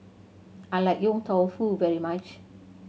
I like Yong Tau Foo very much